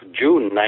June